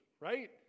right